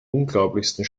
unglaublichsten